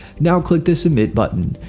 now click the submit button.